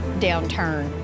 downturn